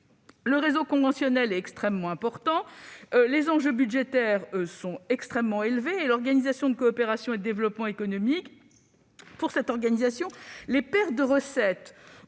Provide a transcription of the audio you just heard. le réseau conventionnel est extrêmement important. Les enjeux budgétaires sont extrêmement élevés. Selon l'Organisation de coopération et de développement économiques (OCDE), les pertes de recettes